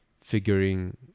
figuring